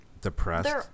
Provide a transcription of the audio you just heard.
depressed